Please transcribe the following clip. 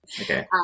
Okay